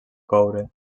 coure